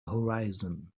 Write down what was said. horizon